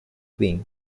wing